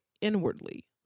inwardly